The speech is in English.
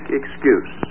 excuse